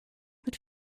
mit